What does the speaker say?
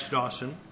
Dawson